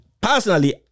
personally